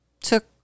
took